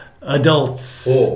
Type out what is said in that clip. adults